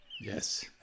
Yes